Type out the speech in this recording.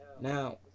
now